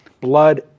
blood